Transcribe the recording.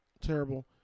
Terrible